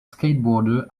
skateboarder